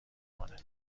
کنه